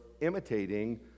imitating